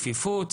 כפיפות,